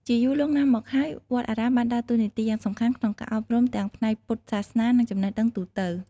ជាយូរលង់ណាស់មកហើយ វត្តអារាមបានដើរតួនាទីយ៉ាងសំខាន់ក្នុងការអប់រំទាំងផ្នែកពុទ្ធសាសនា និងចំណេះដឹងទូទៅ។